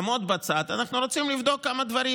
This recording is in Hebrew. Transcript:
עמוד בצד, אנחנו רוצים לבדוק כמה דברים.